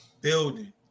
building